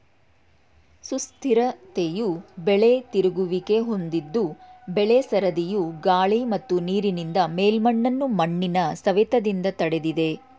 ಸುಸ್ಥಿರತೆಯು ಬೆಳೆ ತಿರುಗುವಿಕೆ ಹೊಂದಿದ್ದು ಬೆಳೆ ಸರದಿಯು ಗಾಳಿ ಮತ್ತು ನೀರಿನಿಂದ ಮೇಲ್ಮಣ್ಣನ್ನು ಮಣ್ಣಿನ ಸವೆತದಿಂದ ತಡಿತದೆ